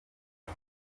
rtd